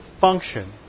function